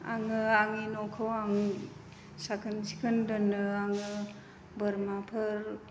आङो आंनि न'खौ आं साखोन सिखोन दोनो आङो बोरमाफोर